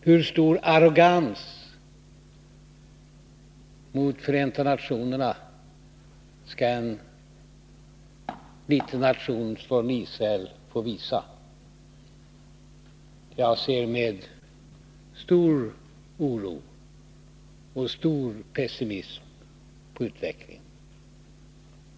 Hur stor arrogans mot Förenta nationerna skall en liten nation som Israel få visa? Jag ser med stor oro och djup pessimism på utvecklingen.